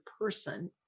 person